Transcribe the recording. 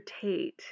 Tate